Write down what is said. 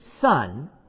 Son